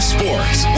Sports